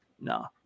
no